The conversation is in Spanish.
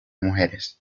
mujeres